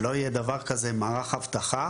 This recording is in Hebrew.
שלא יהיה דבר כזה מערך אבטחה